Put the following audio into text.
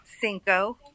Cinco